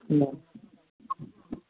না